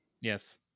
Yes